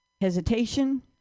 hesitation